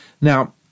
Now